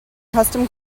custom